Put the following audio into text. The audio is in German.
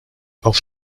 auf